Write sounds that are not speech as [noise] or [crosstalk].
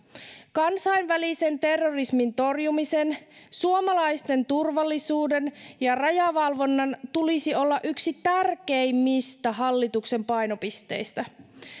kansanvälisen terrorismin torjumisen suomalaisten turvallisuuden [unintelligible] ja rajavalvonnan tulisi olla yksi tärkeimmistä hallituksen painopisteistä [unintelligible]